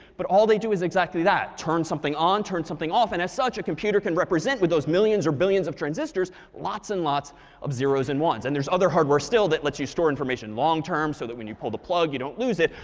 but all they do is exactly that turn something on, turn something off. and as such, a computer can represent, with those millions or billions of transistors, lots and lots of zeros zeros and ones. and there's other hardware still that lets you store information long-term, so that when you pull the plug, you don't lose it.